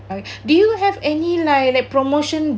uh do you have any like like promotion